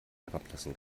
herablassen